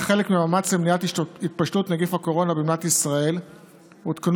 כחלק מהמאמץ למניעת התפשטות נגיף הקורונה במדינת ישראל הותקנו